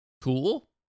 cool